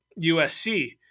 USC